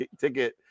ticket